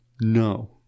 No